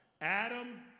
Adam